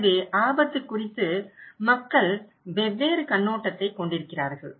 எனவே ஆபத்து குறித்து மக்கள் வெவ்வேறு கண்ணோட்டத்தைக் கொண்டிருக்கிறார்கள்